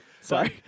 Sorry